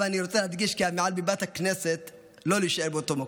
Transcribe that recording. אבל אני רוצה להדגיש כאן מעל במת הכנסת: לא נישאר באותו מקום.